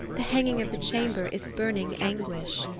the hanging of the chamber is burning anguish.